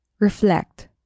Reflect